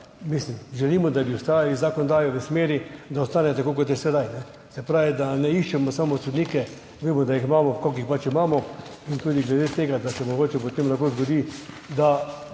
tudi mi želimo, da bi vztrajali pri zakonodaji v smeri, da ostane tako, kot je sedaj. Se pravi, da ne iščemo samo sodnikov, vemo, da jih imamo, kolikor jih pač imamo, in tudi glede tega, da se mogoče potem lahko zgodi, da